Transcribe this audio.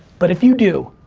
but if you do,